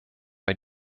bei